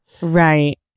Right